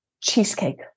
cheesecake